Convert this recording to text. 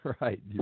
right